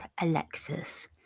Alexis